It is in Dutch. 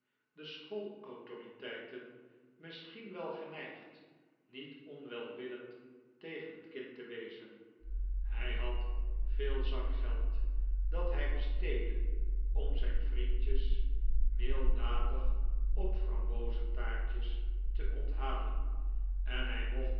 de school autoriteiten misschien wel geneigd niet onwelwillend tegen het kind te wezen hij had veel zakgeld dat hij besteedde om zijn vriendjes milddadig op frambozentaartjes te onthalen en hij mocht